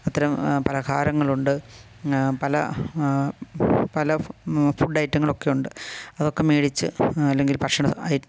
അത്തരം പലഹാരങ്ങളുണ്ട് പല പല ഫു ഫുഡ് ഐറ്റങ്ങളൊക്കെ ഉണ്ട് അതൊക്കെ മേടിച്ച് അല്ലെങ്കിൽ ഭക്ഷണ ഐ